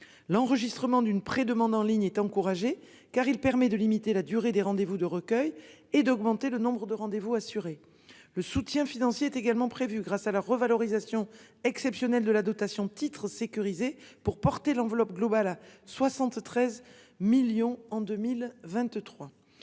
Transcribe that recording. L'enregistrement d'une pré-demande en ligne est encouragé car il permet de limiter la durée des rendez-vous de recueil et d'augmenter le nombre de rendez vous assurer le soutien financier est également prévu grâce à la revalorisation exceptionnelle de la dotation Titres sécurisés pour porter l'enveloppe globale, à 73 millions en 2023